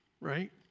right